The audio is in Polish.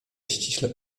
ściśle